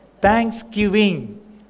Thanksgiving